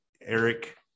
Eric